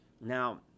Now